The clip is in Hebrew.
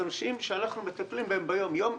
אלה נושאים שאנחנו מטפלים בהם ביום-יום,